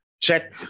check